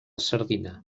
sardina